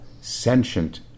sentient